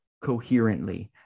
coherently